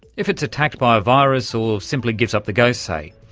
if it's attacked by a virus or simply gives up the ghost, say.